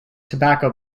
tobacco